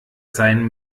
seien